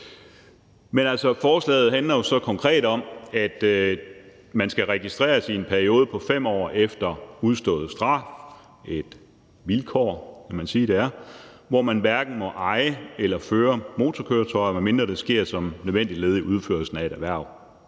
Men forslaget handler så konkret om, at man skal registreres i en periode på 5 år efter udstået straf. Det er et vilkår, må man sige at det er, hvor man hverken må eje eller føre motorkøretøjer, medmindre det sker som et nødvendigt led i udførelsen af et erhverv.